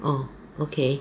oh okay